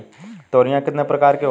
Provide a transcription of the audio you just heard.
तोरियां कितने प्रकार की होती हैं?